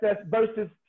versus